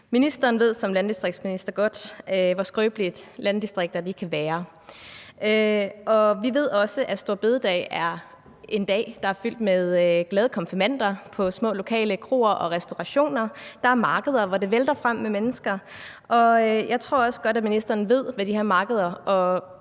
Ministeren ved som landdistriktsminister godt, hvor skrøbelige landdistrikter kan være. Vi ved også, at store bededag er en dag, der er fyldt med glade konfirmander på små lokale kroer og restaurationer, og hvor der er markeder, hvor det vælter frem med mennesker, og jeg tror også godt, at ministeren ved, hvad de her markeder